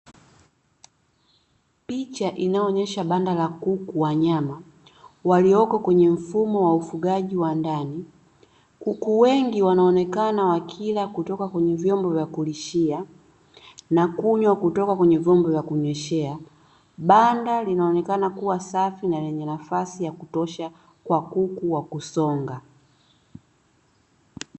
Picha inayoonyesha banda la kuku wanyama waliyoko kwenye mfumo wa ufugaji wa ndani kuku wengi, wanaonekana wakila kutoka kwenye vyombo vya kulishia na kunywa kutoka kwenye vyombo vya kunyweshea, banda linaonekana kuwa safi na lenye nafasi ya kutosha kwa kuku wa kusonga.